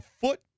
foot